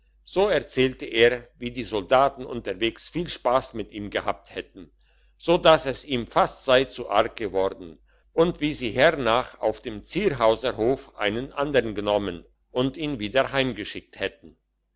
so erzählte er wie die soldaten unterwegs viel spass mit ihm gehabt hätten so dass es ihm fast sei zu arg worden und wie sie hernach auf dem zierhauser hof einen andern genommen und ihn wieder heimgeschickt hätten